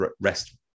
rest